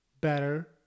better